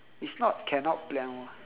it's not cannot plan [one]